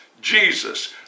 Jesus